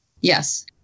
Yes